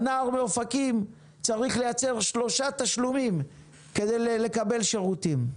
הנער מאופקים צריך לייצר שלושה תשלומים כדי לקבל שירותים.